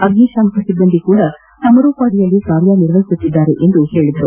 ಅಗ್ನಿಶಾಮಕ ಸಿಬ್ಬಂದಿ ಸಹ ಸಮರೋಪಾದಿಯಲ್ಲಿ ಕಾರ್ಯ ನಿರ್ವಹಿಸುತ್ತಿದ್ದಾರೆ ಎಂದು ಹೇಳಿದರು